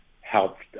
helped